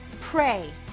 pray